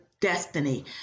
destiny